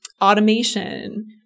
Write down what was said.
automation